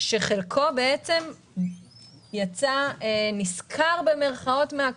שחלקו יצא "נשכר", במירכאות, מן הקורונה.